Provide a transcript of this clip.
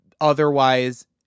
otherwise